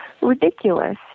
ridiculous